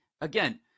Again